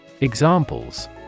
Examples